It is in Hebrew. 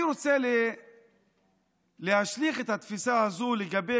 אני רוצה להשליך את התפיסה הזו לגבי